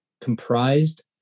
comprised